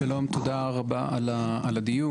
שלום, תודה רבה על הדיון.